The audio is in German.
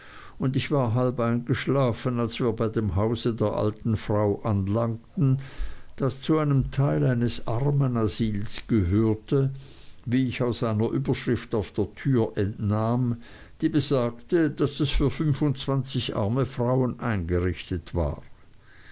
und ich war halb eingeschlafen als wir bei dem hause der alten frau anlangten das zu einem teil eines armenasyls gehörte wie ich aus einer überschrift auf der tür entnahm die besagte daß es für fünfundzwanzig arme frauen eingerichtet war